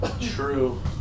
True